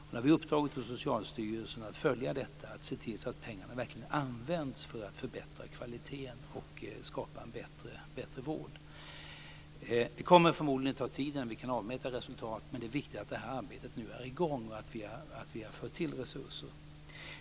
Vi har uppdragit åt Socialstyrelsen att följa detta och se till att pengarna verkligen används för att förbättra kvaliteten och skapa en bättre vård. Det kommer förmodligen att ta tid innan vi kan avläsa resultat, men det viktiga är att det här arbetet nu är i gång och att vi har fört till resurser.